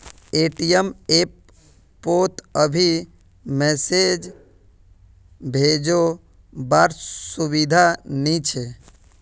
ATM app पोत अभी message भेजो वार सुविधा नी छे